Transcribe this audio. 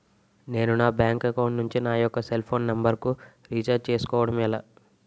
నేను నా bank account నుంచి నా యెక్క సెల్ ఫోన్ నంబర్ కు రీఛార్జ్ చేసుకోవడం ఎలా?